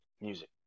music